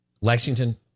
lexington